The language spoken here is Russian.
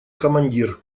командир